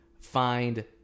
find